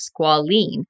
squalene